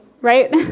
right